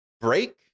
Break